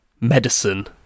medicine